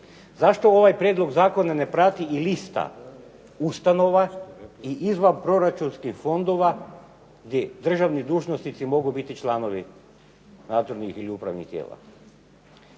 zašto ovaj prijedlog zakona ne prati i lista ustanova i izvanproračunskih fondova gdje državni dužnosnici mogu biti članovi nadzornih ili upravnih tijela?